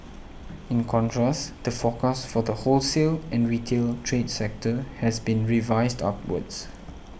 in contrast the forecast for the wholesale and retail trade sector has been revised upwards